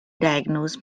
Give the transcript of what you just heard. diagnosed